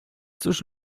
cóż